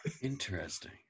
Interesting